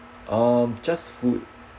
um just food